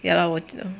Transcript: ya lah 我